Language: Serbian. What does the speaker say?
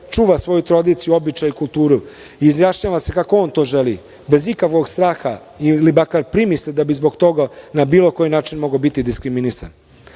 čuva svoju tradiciju, običaj i kulturu i izjašnjava se kako on to želi, bez ikakvog straha ili makar primisli da bi zbog toga na bilo koji način mogao biti diskriminisan.U